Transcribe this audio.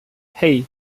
hei